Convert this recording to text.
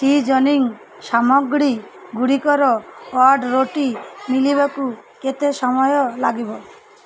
seasoning ସାମଗ୍ରୀଗୁଡ଼ିକର ଅର୍ଡ଼ର୍ଟି ମିଳିବାକୁ କେତେ ସମୟ ଲାଗିବ